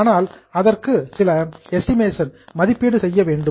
ஆனால் அதற்கு சில எஸ்டிமேஷன் மதிப்பீடு செய்ய வேண்டும்